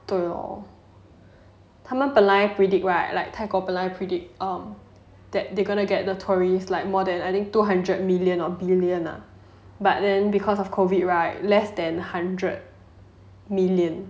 对 hor 他们本来 predict right like 泰国本来 predict that they gonna get the tourists like more than two hundred million on billion ah but then because of COVID right less than hundred million